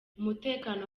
umutekano